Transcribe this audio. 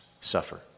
suffer